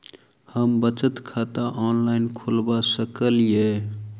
हम बचत खाता ऑनलाइन खोलबा सकलिये?